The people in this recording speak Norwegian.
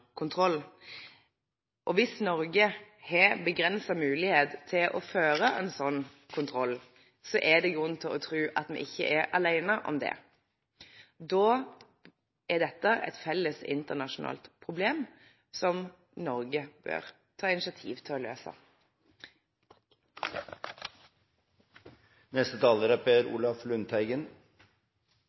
kontroll. Hvis Norge har begrenset mulighet til å føre en sånn kontroll, er det grunn til å tro at vi ikke er alene om det. Da er dette et felles internasjonalt problem som Norge bør ta initiativ til å løse.